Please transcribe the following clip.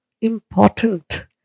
important